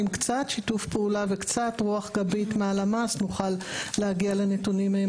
עם קצת שיתוף פעולה וקצת רוח גבית מהלמ"ס נוכל להגיע לנתונים מהימנים.